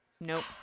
Nope